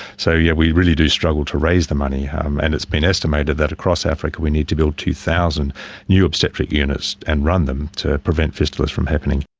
so yeah we really do struggle to raise the money, um and it's been estimated that across africa we need to build two thousand new obstetric units and run them to prevent fistulas from happening.